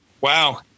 Wow